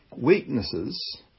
weaknesses